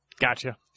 Gotcha